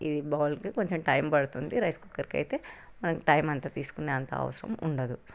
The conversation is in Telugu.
ఇది మావులుగా కొంచెం టైం పడుతుంది రైస్ కుక్కర్కైతే టైం అంత తీసుకునే అంతా అవకాశం ఉండదు